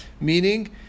meaning